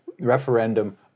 referendum